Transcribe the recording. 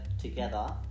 together